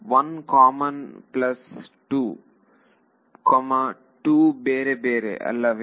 1 common plus 22 ಬೇರೆ ಬೇರೆ ಅಲ್ಲವೇ